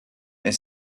est